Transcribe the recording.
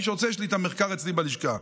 מי שרוצה, יש לי את המחקר אצלי בלשכה.